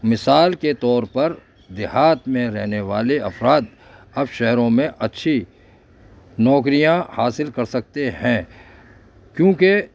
مثال کے طور پر دیہات میں رہنے والے افراد اب شہروں میں اچھی نوکریاں حاصل کر سکتے ہیں کیونکہ